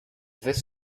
this